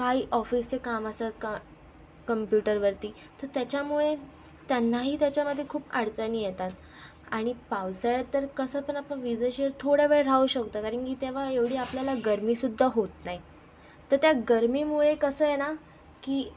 काही ऑफिसचे काम असतं का कम्प्युटरवरती तर तेच्यामुळे त्यांनाही तेच्यामध्ये खूप अडचणी येतात आणि पावसाळ्यात तर कसं पण आपण विजेशिवाय थोड्या वेळ राहू शकतो कारण की तेव्हा एवढी आपल्याला गर्मीसुद्धा होत नाही तर त्या गर्मीमुळे कसं आहे ना की